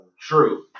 True